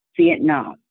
Vietnam